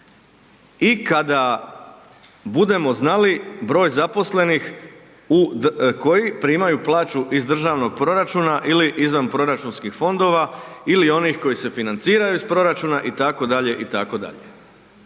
i kada budemo znali broj zaposlenih koji primaju7 plaću iz državnog proračuna ili izvanproračunskih fondova ili onih koji se financiraju iz proračuna itd., itd.